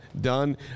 done